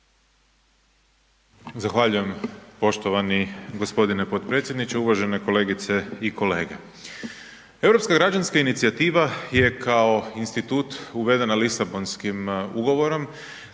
Zahvaljujem poštovani g. potpredsjedniče, uvažene kolegice i kolege. Europska građanska inicijativa je kao institut uvedena u Lisabonskom ugovorom